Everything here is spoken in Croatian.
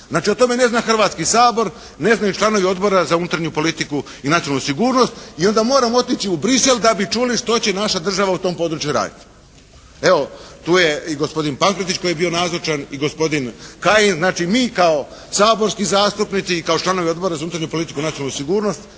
Znači o tome ne zna Hrvatski sabor. Ne znaju članovi Odbora za unutarnju politiku i nacionalnu sigurnost i onda moramo otići u Bruxelles da bi čuli što će naša država u tom području raditi. Evo tu je i gospodin Pankretić koji je bio nazočan i gospodin Kajin. Znači mi kao saborski zastupnici i kao članovi Odbora za unutarnju politiku i nacionalnu sigurnost